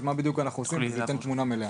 מה בדיוק אנחנו עושים וזה יתן תמונה מלאה.